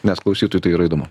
nes klausytojui tai yra įdomu